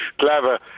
Clever